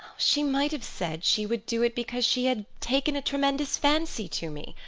she might have said she would do it because she had taken a tremendous fancy to me.